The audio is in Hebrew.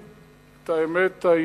את האמת הידועה,